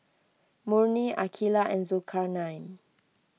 Murni Aqeelah and Zulkarnain